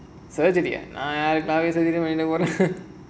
surgery ah